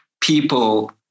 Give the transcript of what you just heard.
people